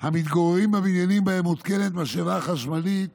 המתגוררים בבניינים שבהם מותקנת משאבה חשמלית